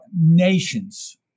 nations